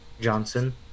Johnson